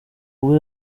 ubwo